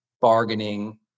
Bargaining